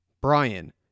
Brian